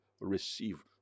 receive